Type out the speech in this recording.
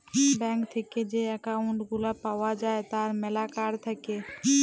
bank থেক্যে যে account গুলা পাওয়া যায় তার ম্যালা কার্ড থাক্যে